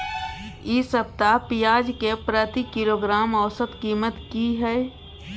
इ सप्ताह पियाज के प्रति किलोग्राम औसत कीमत की हय?